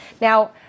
Now